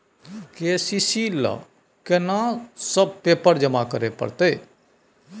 KCC ल केना सब पेपर जमा करै परतै?